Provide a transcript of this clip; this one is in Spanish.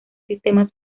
sistemas